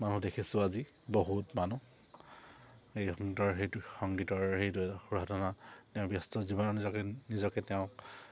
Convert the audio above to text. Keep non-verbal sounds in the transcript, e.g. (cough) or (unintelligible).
মানুহ দেখিছোঁ আজি বহুত মানুহ এই সংগীতৰ সেইটো সংগীতৰ সেই (unintelligible) তেওঁ ব্যস্ত জীৱনৰ নিজকে নিজকে তেওঁক